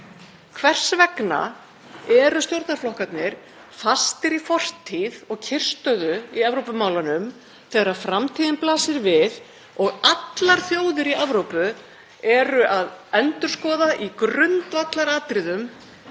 Hvers vegna eru stjórnarflokkarnir fastir í fortíð og kyrrstöðu í Evrópumálunum þegar framtíðin blasir við og allar þjóðir í Evrópu eru að endurskoða í grundvallaratriðum